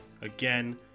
again